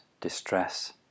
distress